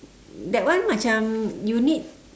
that one macam you need